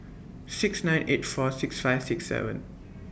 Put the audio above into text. six nine eight four six five six seven